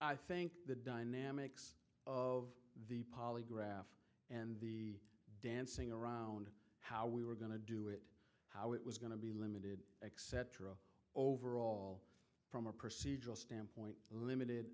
i think the dynamics of the polygraph and the dancing around how we were going to do it how it was going to be limited except overall from a procedural standpoint limited